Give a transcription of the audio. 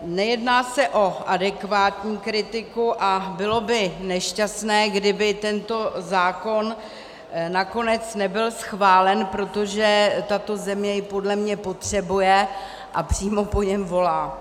Nejedná se o adekvátní kritiku a bylo by nešťastné, kdyby tento zákon nakonec nebyl schválen, protože tato země jej podle mě potřebuje a přímo po něm volá.